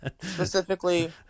Specifically